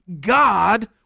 God